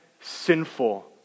sinful